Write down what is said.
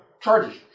charges